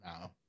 No